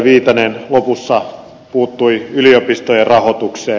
viitanen lopussa puuttui yliopistojen rahoitukseen